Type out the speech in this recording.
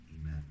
Amen